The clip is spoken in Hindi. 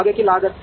आगे की लागत